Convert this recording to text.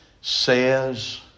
says